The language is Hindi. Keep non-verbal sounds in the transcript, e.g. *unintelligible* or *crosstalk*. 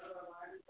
*unintelligible*